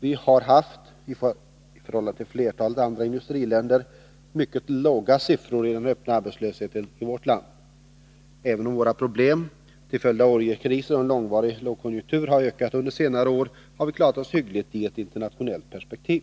Vi har — i förhållande till flertalet andra industriländer — i vårt land haft mycket låga siffror när det gäller den öppna arbetslösheten. Även om våra problem - till följd av oljekriser och en långvarig lågkonjunktur — har ökat under senare år, har vi klarat oss hyggligt i ett internationellt perspektiv.